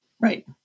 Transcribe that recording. Right